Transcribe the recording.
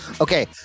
okay